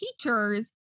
teachers